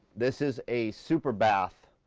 this is a super bath,